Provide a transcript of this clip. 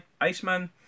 Iceman